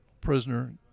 prisoner